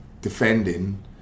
defending